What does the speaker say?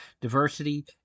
Diversity